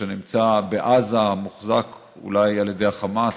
שנמצא בעזה ומוחזק אולי על ידי החמאס,